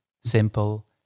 simple